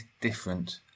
different